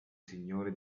signore